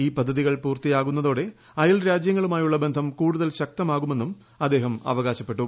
ഈ പദ്ധതികൾ പൂർത്തിയാകുന്നതോടെ അയൽരാജ്യങ്ങളുമായുള്ള ബന്ധം കൂടുതൽ ശക്തമാകുമെന്നും അദ്ദേഹം അവകാശപ്പെട്ടു